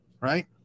Right